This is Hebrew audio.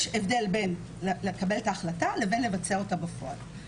יש הבדל בין לקבל את ההחלטה לבין לבצע אותה בפועל.